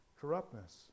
corruptness